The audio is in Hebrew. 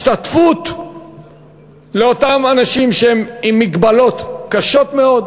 השתתפות לאותם אנשים עם מגבלות קשות מאוד.